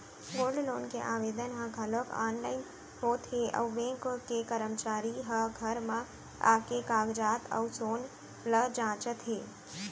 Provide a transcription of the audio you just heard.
gold loan के आवेदन ह घलौक आनलाइन होत हे अउ बेंक के करमचारी ह घर म आके कागजात अउ सोन ल जांचत हे